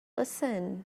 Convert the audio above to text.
listen